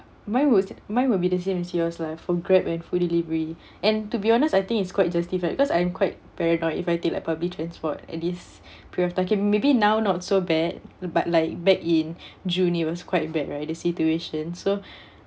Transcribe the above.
mine was mine will be the same as yours lah for Grab and food delivery and to be honest I think it's quite justified because I'm quite paranoid if I take like public transport at this prior talking maybe now not so bad but like back in june it was quite bad right the situation so